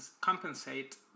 compensate